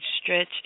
stretch